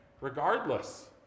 regardless